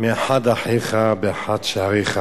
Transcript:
מאחד אחיך באחד שעריך